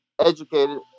educated